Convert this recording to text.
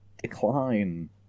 decline